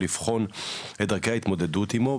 לבחון את דרכי ההתמודדות עימו,